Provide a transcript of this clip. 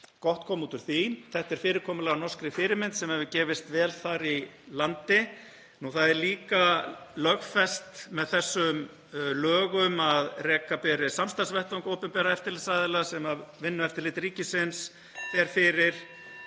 gott koma út úr því. Þetta er fyrirkomulag að norskri fyrirmynd sem hefur gefist vel þar í landi. Það er líka lögfest með þessum lögum að reka beri samstarfsvettvang opinberra eftirlitsaðila sem Vinnueftirlit ríkisins (Forseti